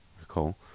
recall